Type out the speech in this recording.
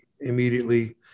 immediately